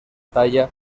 talla